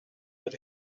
that